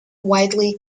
widely